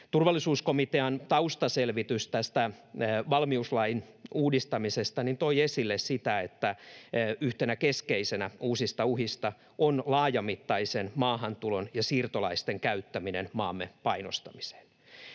Turvallisuuskomitean taustaselvitys tästä valmiuslain uudistamisesta toi esille sitä, että yhtenä keskeisenä uusista uhista on laajamittaisen maahantulon ja siirtolaisten käyttäminen maamme painostamiseen.